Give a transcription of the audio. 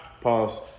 Pause